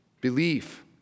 belief